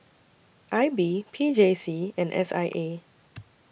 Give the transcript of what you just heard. I B P J C and S I A